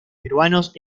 peruanos